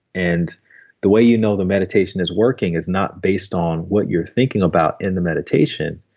and the way you know the meditation is working, is not based on what you're thinking about in the meditation.